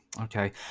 Okay